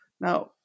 Now